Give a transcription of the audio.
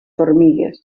formigues